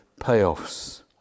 payoffs